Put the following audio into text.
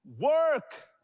Work